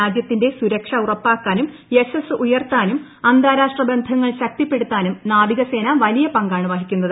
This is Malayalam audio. രാജൃത്തിന്റെ സുരക്ഷ ഉറപ്പാക്കാനും യശസ്സുയർത്താനും അന്താരാഷ്ട്ര ബന്ധങ്ങൾ ശക്തിപ്പെടുത്താനും നാവിക സേന വലിയ പങ്കാണ് വഹിക്കുന്നത്